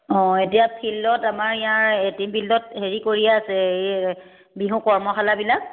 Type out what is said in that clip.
অঁ এতিয়া ফিল্ডত আমাৰ ইয়াৰ এ টিম ফিল্ডত হেৰি কৰিয়েই আছে এই বিহু কৰ্মশালাবিলাক